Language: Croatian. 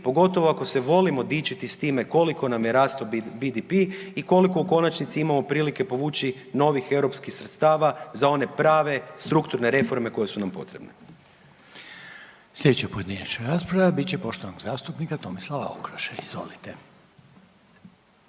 pogotovo ako se volimo dičiti s time koliko nam je rastao BDP i koliko u konačnici imamo prilike povući novih europskih sredstava za one prave strukturne reforme koje su nam potrebne. **Reiner, Željko (HDZ)** Slijedeća pojedinačna rasprava bit će poštovanog zastupnika Tomislava Okroše. Izvolite.